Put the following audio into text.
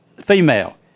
female